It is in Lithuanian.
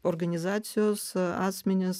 organizacijos asmenys